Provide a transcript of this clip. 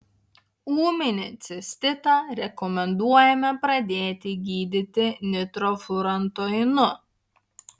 ūminį cistitą rekomenduojame pradėti gydyti nitrofurantoinu